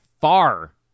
far